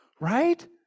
Right